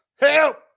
Help